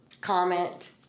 comment